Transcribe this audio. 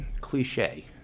cliche